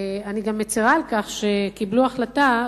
ואני גם מצרה על כך שקיבלו החלטה,